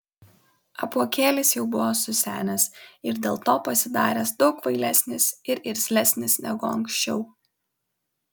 apuokėlis jau buvo susenęs ir dėl to pasidaręs daug kvailesnis ir irzlesnis negu anksčiau